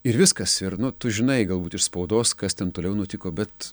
ir viskas ir nu tu žinai galbūt iš spaudos kas ten toliau nutiko bet